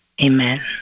Amen